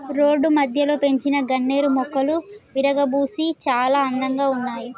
road మధ్యలో పెంచిన గన్నేరు మొక్కలు విరగబూసి చాలా అందంగా ఉన్నాయి